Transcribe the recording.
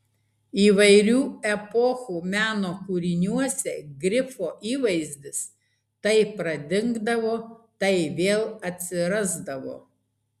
įvairių epochų meno kūriniuose grifo įvaizdis tai pradingdavo tai vėl atsirasdavo